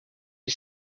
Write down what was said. you